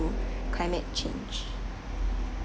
climate change